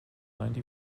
ninety